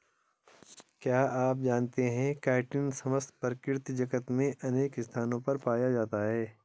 क्या आप जानते है काइटिन समस्त प्रकृति जगत में अनेक स्थानों पर पाया जाता है?